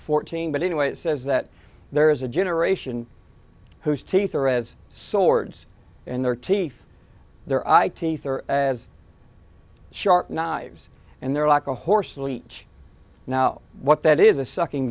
fourteen but anyway it says that there is a generation whose teeth are as swords in their teeth their eye teeth are as sharp knives and they're like a horse a leech now what that is a sucking